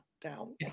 down